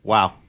Wow